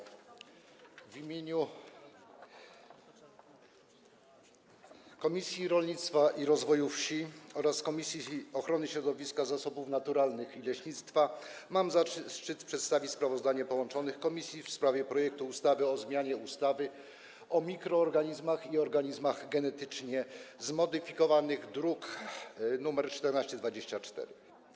W imieniu Komisji Rolnictwa i Rozwoju Wsi oraz Komisji Ochrony Środowiska, Zasobów Naturalnych i Leśnictwa mam zaszczyt przedstawić sprawozdanie połączonych komisji w sprawie projektu ustawy o zmianie ustawy o mikroorganizmach i organizmach genetycznie zmodyfikowanych, druk nr 1424.